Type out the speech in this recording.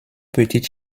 petite